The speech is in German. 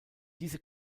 diese